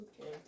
Okay